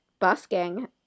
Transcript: Busking